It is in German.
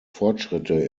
fortschritte